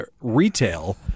retail